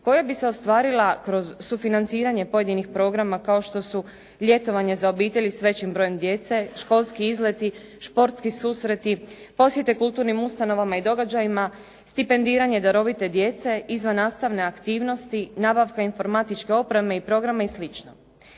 koja bi se ostvarila kroz sufinanciranje pojedinih programa kao što su ljetovanje za obitelji s većim brojem djece, školski izleti, športski susreti, posjete kulturnim ustanovama i događajima, stipendiranje darovite djece, izvannastavne aktivnosti, nabavka informatičke opreme i programa i